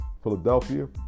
Philadelphia